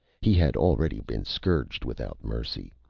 he had already been scourged without mercy.